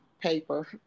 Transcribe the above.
paper